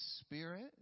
Spirit